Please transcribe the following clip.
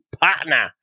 partner